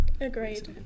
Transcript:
Agreed